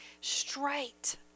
Straight